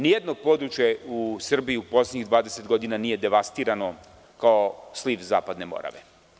Nijedno područje u Srbiji u poslednjih 20 godina nije devastirano kao sliv zapadne Morave.